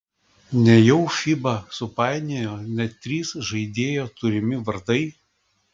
nejau fiba supainiojo net trys žaidėjo turimi vardai